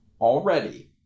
already